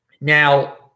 now